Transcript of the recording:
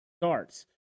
starts